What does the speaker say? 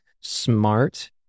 smart